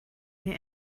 mir